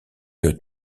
que